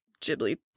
Ghibli